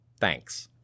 Thanks